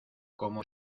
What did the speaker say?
como